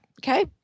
okay